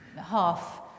half